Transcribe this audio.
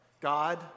God